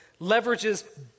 leverages